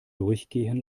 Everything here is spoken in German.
durchgehen